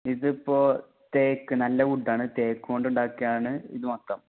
ഇതിപ്പോൾ തേക്ക് നല്ല വുഡാണ് തേക്ക് കൊണ്ട് ഉണ്ടാക്കിയതാണ് ഇത് മാത്തം